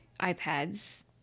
iPads